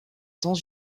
dans